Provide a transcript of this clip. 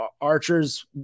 archers